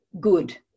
good